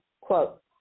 Quote